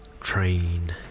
...train